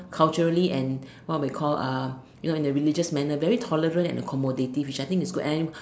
culturally and what we call uh you know in a religious manner very tolerant and accommodative which I think is good and